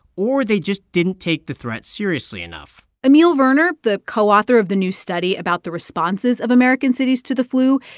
or they just didn't take the threat seriously enough emil verner, the co-author of the new study about the responses of american cities to the flu,